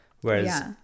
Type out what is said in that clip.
Whereas